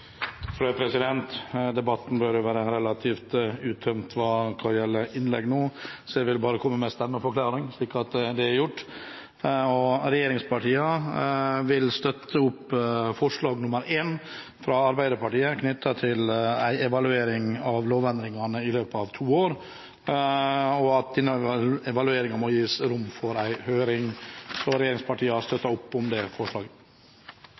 stemmeforklaring, slik at det er gjort. Regjeringspartiene vil støtte forslag nr. 1, fra Arbeiderpartiet, knyttet til en evaluering av lovendringene i løpet av to år, og at denne evalueringen må gi rom for en høring. Så regjeringspartiene har støttet opp om det forslaget.